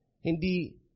hindi